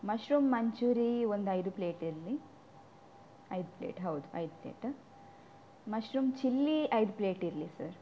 mushroom manchurian ಒಂದು ಐದು plate ಇರಲಿ ಐದು ಪ್ಲೇಟ್ ಹೌದು ಐದು ಪ್ಲೇಟ ಮಶ್ರೂಮ್ ಚಿಲ್ಲಿ ಐದು ಪ್ಲೇಟ್ ಇರಲಿ ಸರ್